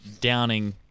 downing